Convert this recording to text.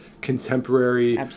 contemporary